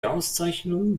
auszeichnung